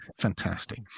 Fantastic